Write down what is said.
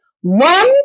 one